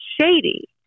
shady